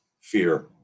fear